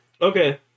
Okay